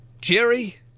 Jerry